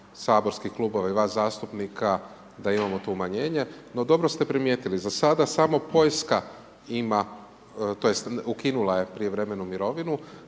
saborskih klubova i vas zastupnika da imamo to umanjenje, no dobro ste primijetili za sada samo Poljska ima tj. ukinula je prijevremenu mirovinu,